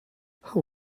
how